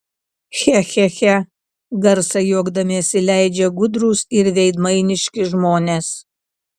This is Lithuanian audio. che che che garsą juokdamiesi leidžia gudrūs ir veidmainiški žmonės